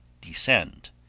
descend